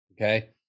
okay